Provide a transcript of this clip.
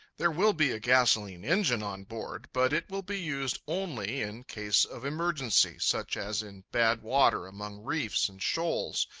there will be a gasolene engine on board, but it will be used only in case of emergency, such as in bad water among reefs and shoals,